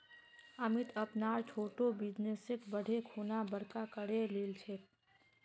अमित अपनार छोटो बिजनेसक बढ़ैं खुना बड़का करे लिलछेक